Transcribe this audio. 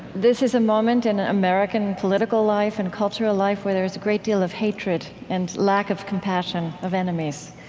this is a moment in american american political life and cultural life where there's a great deal of hatred and lack of compassion of enemies,